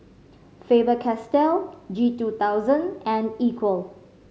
Faber Castell G two thousand and Equal